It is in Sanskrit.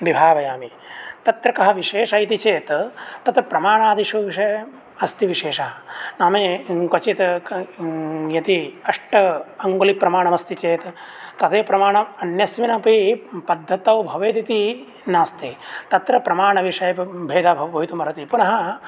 विभावयामि तत्र कः विशेषः इति चेत् तत्र प्रामाणादिषु विषये अस्ति विशेषः नाम ये क्वचित् यदि अष्ट अङ्गुलीप्रमाणमस्ति चेत् तदेव प्रमाणम् अन्यस्मिन् अपि पद्धतौ भवेत् इति नास्ति तत्र प्रमाणविषये भेदः भवितुमर्हति पुनः